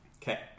Okay